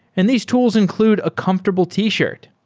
and these tools include a comfortable t-shirt.